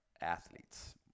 athletes